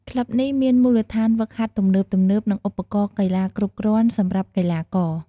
ក្លឹបនេះមានមូលដ្ឋានហ្វឹកហាត់ទំនើបៗ និងឧបករណ៍កីឡាគ្រប់គ្រាន់សម្រាប់កីឡាករ។